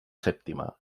sèptima